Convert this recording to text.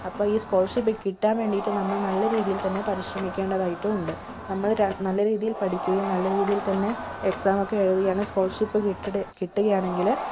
അപ്പം ഈ സ്കോളർഷിപ്പ് കിട്ടാൻ വേണ്ടിയിട്ട് നമ്മള് നല്ല രീതിയിൽ തന്നെ പരിശ്രമിക്കേണ്ടതായിട്ടും ഉണ്ട് നമ്മള് നല്ല രീതിയിൽ പഠിക്കുകയും നല്ല രീതിയിൽ തന്നെ എക്സാം ഒക്കെ എഴുതി ആണ് സ്കോളർഷിപ്പ് കിട്ടുകയാണെങ്കില്